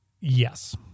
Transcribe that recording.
Yes